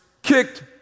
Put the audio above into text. kicked